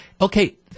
okay